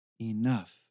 Enough